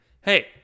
Hey